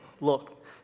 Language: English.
look